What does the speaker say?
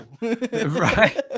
right